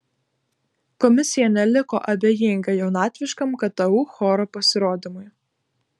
komisija neliko abejinga jaunatviškam ktu choro pasirodymui